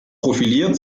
profiliert